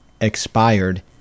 expired